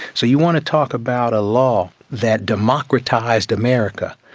so you want to talk about a law that democratised america,